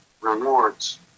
rewards